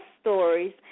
stories